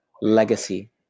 legacy